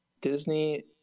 Disney